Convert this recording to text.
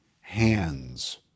hands